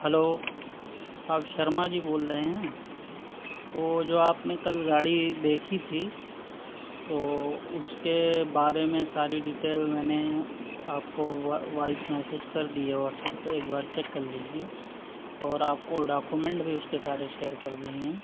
hello آپ شرما جی بول رہے ہیں وہ جو آپ نے کل گاڑی دیکھی تھی تو اس کے بارے میں ساری ڈیٹیل میں نے آپ کو وائس میسج کر دی ہے واٹس ایپ پہ ایک بار چیک کر لیجیے اور آپ کو ڈاکومنٹ بھی اس کے سارے شیئر کر دیے ہیں